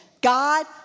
God